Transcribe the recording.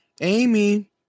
Amy